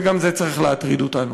וגם זה צריך להטריד אותנו.